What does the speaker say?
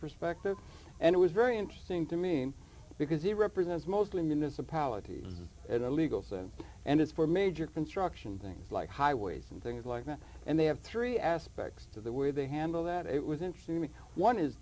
perspective and it was very interesting to me because he represents mostly municipality illegals and and it's for major construction things like highways and things like that and they have three aspects to the way they handle that it was interesting